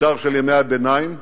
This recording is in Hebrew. משטר של ימי הביניים,